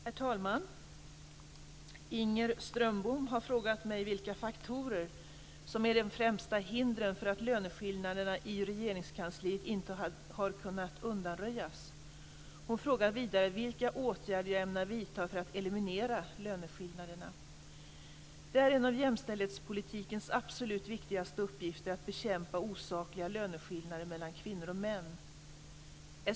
Herr talman! Inger Strömbom har frågat mig vilka faktorer som är de främsta hindren för att löneskillnaderna i Regeringskansliet inte har kunnat undanröjas. Hon frågar vidare vilka åtgärder jag ämnar vidta för att eliminera löneskillnaderna. Det är en av jämställdhetspolitikens absolut viktigaste uppgifter att bekämpa osakliga löneskillnader mellan kvinnor och män.